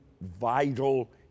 vital